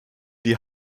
die